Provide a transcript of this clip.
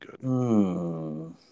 good